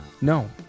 No